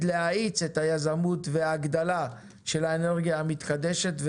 להאיץ את היזמות וההגדלה של האנרגיה המתחדשת,